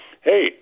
hey